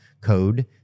code